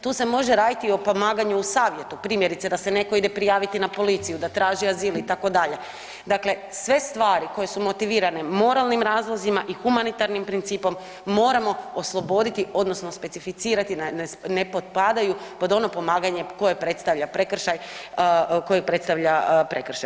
Tu se može raditi i o pomaganju u savjetu, primjerice da se netko ide prijaviti na policiju, da traži azil itd., dakle sve stvari koje su motivirane moralnim razlozima i humanitarnim principom moramo osloboditi odnosno specificirati da nepodpadaju pod ono pomaganje koje predstavlja prekršaj, koji predstavlja prekršaj.